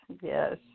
yes